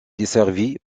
desservie